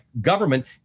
government